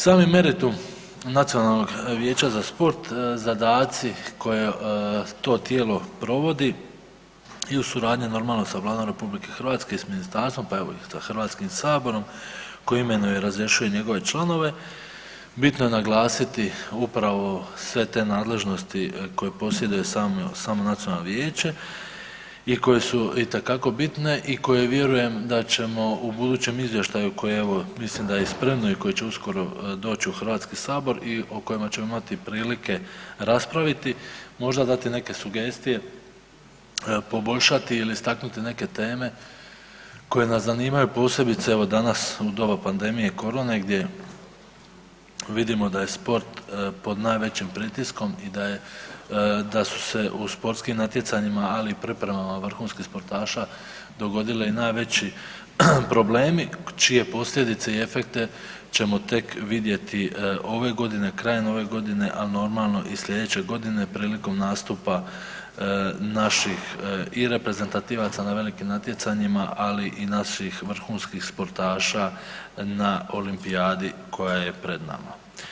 Sami meritum Nacionalnog vijeća za sport, zadaci koje to tijelo provodi i u suradnji normalno sa Vladom RH i s ministarstvom pa evo i sa Hrvatskim saborom koji imenuje i razrješuje njegove članove bitno je naglasiti upravo sve te nadležnosti koje posjeduje sam, samo nacionalno vijeće i koje su itekako bitne i koje vjerujem da ćemo u budućem izvještaju koje evo mislim da je spremo i koje će uskoro doći u Hrvatski sabor i o kojem ćemo imati prilike raspraviti možda dati neke sugestije, poboljšati ili istaknuti neke teme koje nas zanimaju posebice evo danas u doba pandemije i korone gdje vidimo da je sport pod najvećim pritiskom i da su se u sportskim natjecanjima ali i pripremama vrhunskih sportaša dogodili i najveći problemi čije posljedice i efekte ćemo tek vidjeti ove godine, krajem ove godine, a normalno i slijedeće godine prilikom nastupa naših i reprezentativaca na velikim natjecanjima, ali i naših vrhunskih sportaša na olimpijadi koja je pred nama.